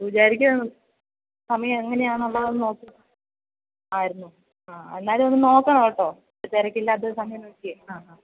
പൂജാരിക്ക് സമയം എങ്ങനെയാണ് ഉള്ളതെന്ന് ആയിരുന്നു ആ എന്നാലും ഒന്ന് നോക്കണം കേട്ടോ തിരക്കില്ലാത്ത ഒരു സമയം നോക്കിയേ ആ ആ